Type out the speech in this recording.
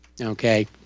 Okay